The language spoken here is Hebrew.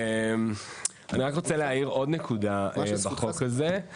אני רק רוצה להעיר עוד נקודה בחוק הזה.